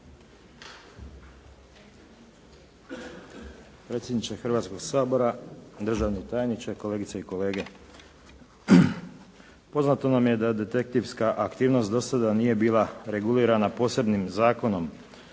Predsjedniče Hrvatskoga sabora, državni tajniče, kolegice i kolege. Poznato nam je da detektivska aktivnost do sada nije bila regulirana posebnim zakonom,